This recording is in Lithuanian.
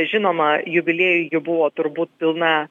žinoma jubiliejui ji buvo turbūt pilna